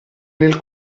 nel